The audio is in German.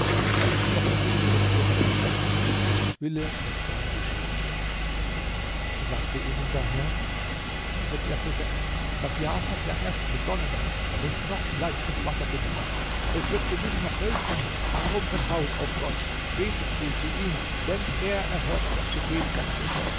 doch ich will ihre furcht verscheuchen gottes wille wird dann geschehen er sägte ihnen daher wisset ihr fische das jahr hat ja erst begonnen und noch bleibt uns wasser genug es wird gewiß noch regnen darum vertraut auf gott betet viel zu ihm denn er erhört das gebet seiner geschöpfe